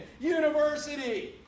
University